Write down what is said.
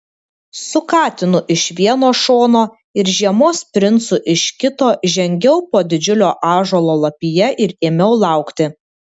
su katinu iš vieno šono ir žiemos princu iš kito žengiau po didžiulio ąžuolo lapija ir ėmiau laukti